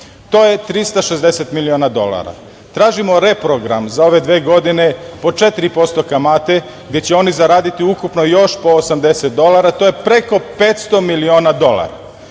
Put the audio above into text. To je 360 miliona dolara. Tražimo reprogram za ove dve godine po 4% kamate, gde će oni zaraditi ukupno još po 80 dolara i to je preko 500 miliona dolara. Znači,